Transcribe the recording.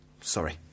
Sorry